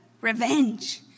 Revenge